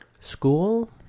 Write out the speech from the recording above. school